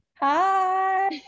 hi